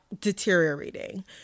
deteriorating